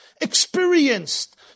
experienced